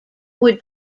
would